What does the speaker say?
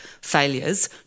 failures